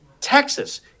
Texas